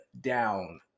down